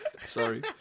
Sorry